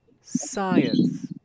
science